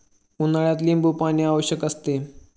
उन्हाळ्यात लिंबूपाणी आवश्यक असते